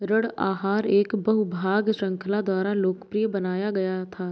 ऋण आहार एक बहु भाग श्रृंखला द्वारा लोकप्रिय बनाया गया था